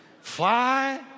fly